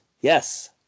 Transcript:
yes